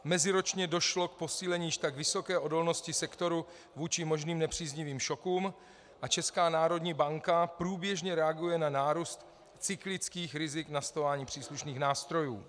Meziročně došlo k posílení již tak vysoké odolnosti sektoru vůči možným nepříznivým šokům a Česká národní banka průběžně reaguje na nárůst cyklických rizik nastolováním příslušných nástrojů.